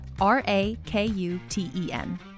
R-A-K-U-T-E-N